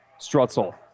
Strutzel